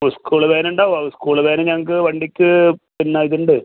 school van ഉണ്ടാവും അത് school van ഞങ്ങൾക്ക് വണ്ടിക്ക് പിന്നെ ഇത് ഉണ്ട്